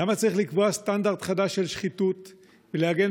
למה צריך לקבוע סטנדרט חדש של שחיתות ולעגן